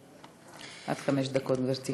עד חמש דקות, גברתי.